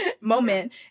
moment